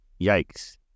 Yikes